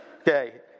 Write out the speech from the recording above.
Okay